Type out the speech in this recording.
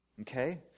okay